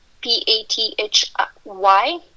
P-A-T-H-Y